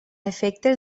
efectes